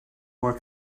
more